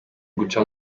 guca